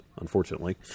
unfortunately